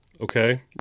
Okay